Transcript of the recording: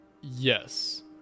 yes